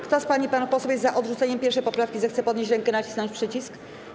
Kto z pań i panów posłów jest za odrzuceniem 1. poprawki, zechce podnieść rękę i nacisnąć przycisk.